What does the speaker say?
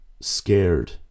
scared